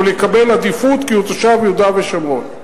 אבל יקבל עדיפות כי הוא תושב יהודה ושומרון.